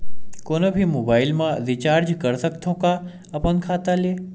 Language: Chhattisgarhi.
कोनो भी मोबाइल मा रिचार्ज कर सकथव का अपन खाता ले?